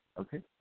Okay